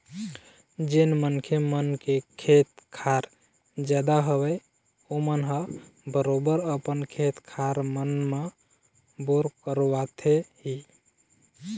जेन मनखे मन के खेत खार जादा हवय ओमन ह बरोबर अपन खेत खार मन म बोर करवाथे ही